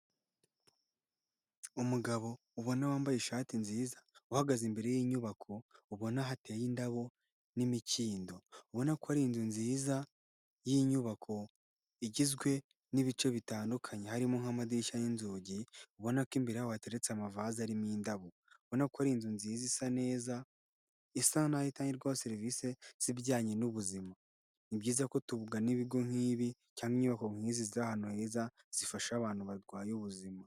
Umugabo ubona wambaye ishati nziza, uhagaze imbere y'inyubako ubona hateye indabo n'imikindo, ubona ko ari inzu nziza y'inyubako igizwe n'ibice bitandukanye harimo nk'amadirishya y'inzugi, ubona ko imbere yaho hateretse amavaze arimo indabo, ubona ko ari inzu nziza isa neza, isa n'aho itangirwaho serivise z'ibijyanye n'ubuzima. Ni byiza ko tugana ibigo nk'ibi cyangwa inyubako nk'izi ziri ahantu heza, zifasha abantu barwaye ubuzima.